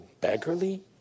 beggarly